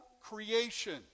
creation